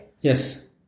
Yes